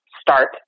start